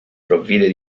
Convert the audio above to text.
provvide